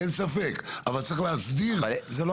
אבל צריך להסדיר את זה.